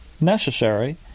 necessary